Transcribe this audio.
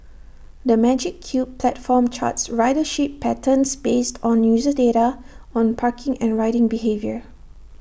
the magic Cube platform charts ridership patterns based on user data on parking and riding behaviour